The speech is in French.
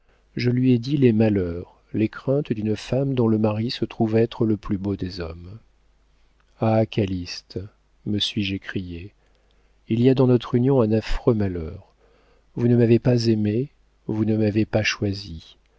je lui ai dit les malheurs les craintes d'une femme dont le mari se trouve être le plus beau des hommes ah calyste me suis-je écriée il y a dans notre union un affreux malheur vous ne m'avez pas aimée vous ne m'avez pas choisie